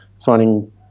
finding